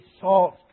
salt